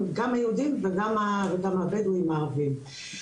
גם היהודים וגם הבדואים הערבים.